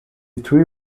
three